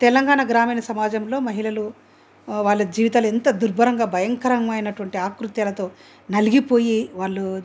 తెలంగాణా గ్రామీణ సమాజంలో మహిళలు వాళ్ళ జీవితాలు ఎంత దుర్భరంగా భయంకరమైనటువంటి ఆకృత్యాలతో నలిగిపోయి వాళ్ళు